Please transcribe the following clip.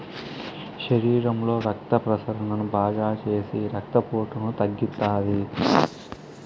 శరీరంలో రక్త ప్రసరణను బాగాచేసి రక్తపోటును తగ్గిత్తాది